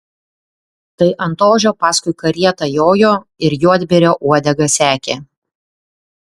tai ant ožio paskui karietą jojo ir juodbėrio uodegą sekė